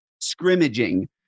scrimmaging